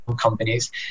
companies